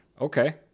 Okay